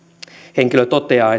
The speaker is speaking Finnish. henkilö toteaa